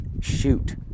shoot